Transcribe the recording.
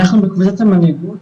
אנחנו בקבוצת המנהיגות,